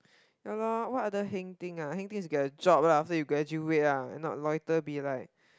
ya lor what other heng thing ah heng thing is to get a job lah after you graduate ah not loiter be like